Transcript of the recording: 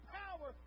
power